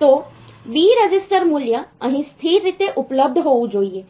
તો B register મૂલ્ય અહીં સ્થિર રીતે ઉપલબ્ધ હોવું જોઈએ